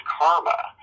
karma